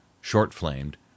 short-flamed